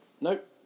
nope